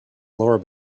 lower